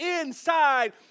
inside